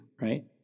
right